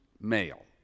male